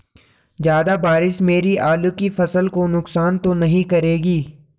ज़्यादा बारिश मेरी आलू की फसल को नुकसान तो नहीं करेगी?